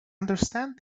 understand